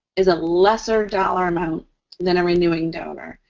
is a lesser dollar amount than a renewing donor.